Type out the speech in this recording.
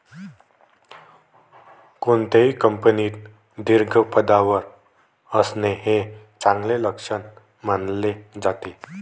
कोणत्याही कंपनीत दीर्घ पदावर असणे हे चांगले लक्षण मानले जाते